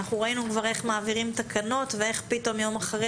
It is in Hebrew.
ראינו כבר איך מעבירים תקנות ואיך פתאום יום אחרי